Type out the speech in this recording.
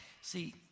See